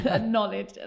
knowledge